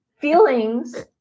feelings